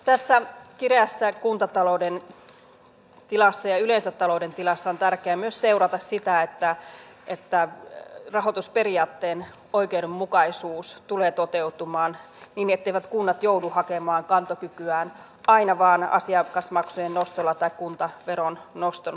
tässä kireässä kuntatalouden tilassa ja yleensä talouden tilassa on tärkeää myös seurata sitä että rahoitusperiaatteen oikeudenmukaisuus tulee toteutumaan niin etteivät kunnat joudu hakemaan kantokykyään aina vain asiakasmaksujen nostolla tai kuntaveron noston kautta